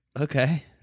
Okay